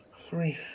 Three